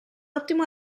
ottimo